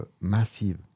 massive